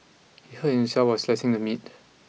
he hurt himself while slicing the meat